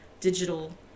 digital